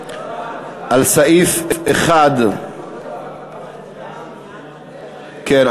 להצבעה על סעיף 1. כן,